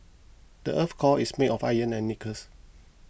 the earth's core is made of iron and nickels